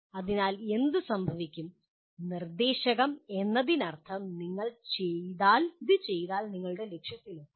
അതിനാൽ എന്ത് സംഭവിക്കും നിർദ്ദേശകം എന്നതിനർത്ഥം നിങ്ങൾ ഇത് ചെയ്താൽ നിങ്ങളുടെ ലക്ഷ്യത്തിലെത്താം